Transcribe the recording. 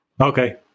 Okay